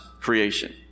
creation